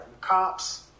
cops